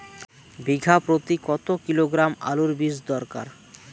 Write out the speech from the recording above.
বিঘা প্রতি কত কিলোগ্রাম আলুর বীজ দরকার?